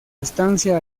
estancia